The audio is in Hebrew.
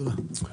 תודה.